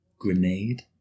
Grenade